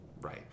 Right